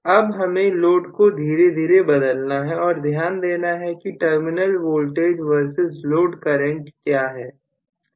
अब हमें लोड को धीरे धीरे बदलना है और ध्यान देना है कि terminal voltage versus load current क्या है